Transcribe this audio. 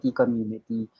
community